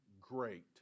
great